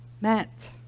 meant